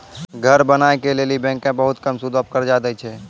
घर बनाय के लेली बैंकें बहुते कम सूदो पर कर्जा दै छै